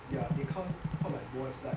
they are they count call by voice right